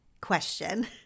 question